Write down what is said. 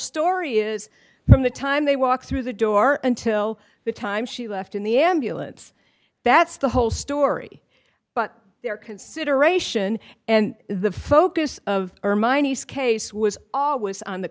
story is from the time they walked through the door until the time she left in the ambulance that's the whole story but their consideration and the focus of my nice case was always on the